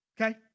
okay